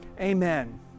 Amen